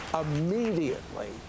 immediately